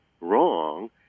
wrong